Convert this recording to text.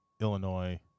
Illinois